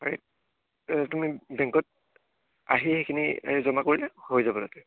আৰু তুমি বেংকত আহি সেইখিনি জমা কৰিলে হৈ যাব তাতে